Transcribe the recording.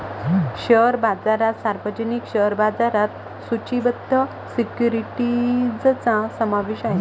share बाजारात सार्वजनिक share बाजारात सूचीबद्ध सिक्युरिटीजचा समावेश आहे